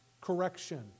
correction